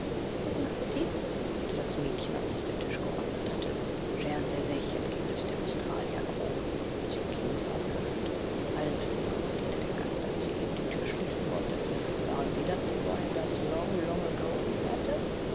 guten appetit sagte das mädchen als es den tisch geordnet hatte schern sie sich entgegnete der australier grob sie ging verblüfft halt kommandierte der gast als sie eben die tür schließen wollte waren sie das die vorhin das long long ago plärrte